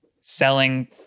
selling